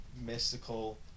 mystical